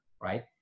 right